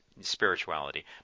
spirituality